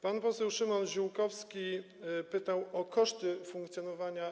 Pan poseł Szymon Ziółkowski pytał o koszty funkcjonowania.